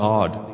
odd